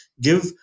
give